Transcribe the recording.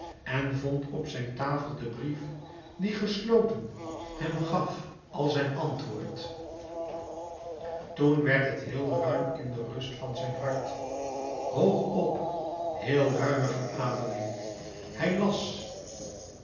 en vond op zijn tafel den brief die gesloten hem gaf al zijn antwoord toen werd het heel ruim in de rust van zijn hart hoog op heel ruime verademing hij las